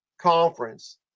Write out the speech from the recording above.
conference